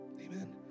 Amen